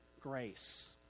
grace